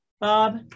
Bob